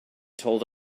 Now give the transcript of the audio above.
told